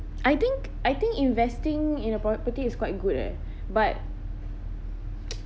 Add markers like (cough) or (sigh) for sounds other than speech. I think I think investing in a property is quite good eh but (noise)